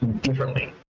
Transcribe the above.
differently